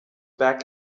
back